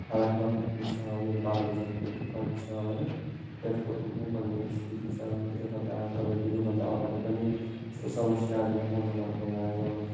हालतमा पुग्नु छ मेरो बाह्र बजीको त टिकट छ होइन एयरपोर्ट पुग्नुपर्ने स्थिति छ त्यसले गर्दा तपाईँको योभन्दा अगाडि पनि यस्तो समस्याहरूमा पर्नुभएको होला यहाँबाट